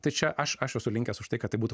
tai čia aš aš esu linkęs už tai kad tai būtų